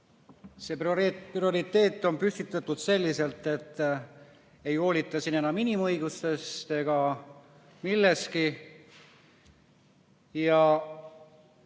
see prioriteet on püstitatud selliselt, et ei hoolita enam inimõigustest ega millestki muust.